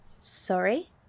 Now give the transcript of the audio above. Sorry